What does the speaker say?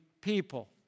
people